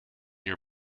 your